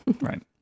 Right